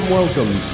welcome